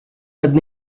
одна